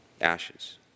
ashes